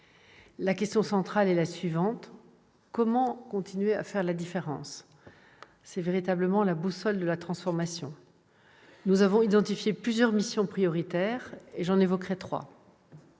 La question centrale est la suivante : comment continuer à faire la différence ? C'est véritablement la boussole de la transformation. Nous avons identifié plusieurs missions prioritaires : j'en évoquerai trois.